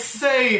say